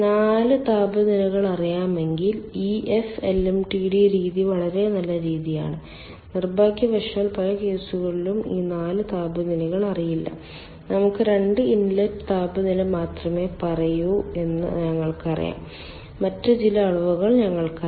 4 താപനിലകൾ അറിയാമെങ്കിൽ ഈ F LMTD രീതി വളരെ നല്ല രീതിയാണ് നിർഭാഗ്യവശാൽ പല കേസുകളിലും ഈ 4 താപനിലകൾ അറിയില്ല നമുക്ക് 2 ഇൻലെറ്റ് താപനില മാത്രമേ പറയൂ എന്ന് ഞങ്ങൾക്കറിയാം മറ്റ് ചില അളവ് ഞങ്ങൾക്കറിയാം